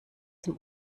dem